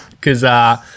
because-